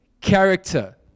Character